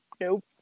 nope